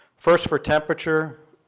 first, for temperature,